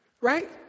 Right